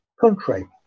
country